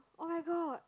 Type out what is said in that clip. oh-my-god